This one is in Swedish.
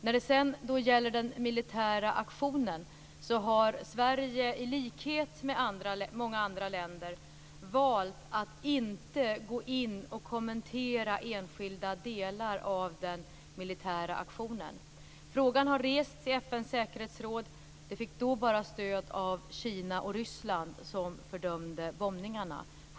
När det sedan gäller den militära aktionen har Sverige i likhet med många andra länder valt att inte kommentera enskilda delar av denna. Frågan har rests i FN:s säkerhetsråd, och den fick då stöd bara av Kina och Ryssland, som fördömde bombningarna.